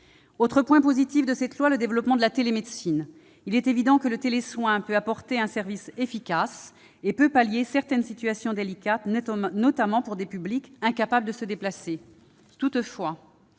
Autre point positif de cette loi, le développement de la télémédecine : il est évident que le télésoin peut apporter un service efficace et permettre de régler certaines situations délicates, notamment pour des publics incapables de se déplacer. Toutefois,